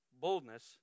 boldness